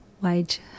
Wage